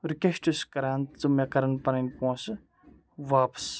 request چھُس کَران ژٕ مےٚ کَرَن پَنٕنۍ پونٛسہٕ واپَس